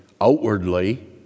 outwardly